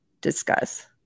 discuss